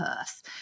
earth